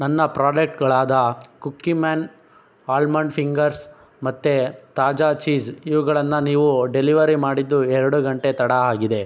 ನನ್ನ ಪ್ರಾಡಕ್ಟ್ಗಳಾದ Cookieman almond fingers ಮತ್ತು ತಾಜಾ ಚೀಸ್ ಇವುಗಳನ್ನು ನೀವು ಡೆಲಿವರಿ ಮಾಡಿದ್ದು ಎರಡು ಗಂಟೆ ತಡ ಆಗಿದೆ